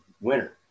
winner